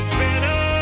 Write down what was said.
better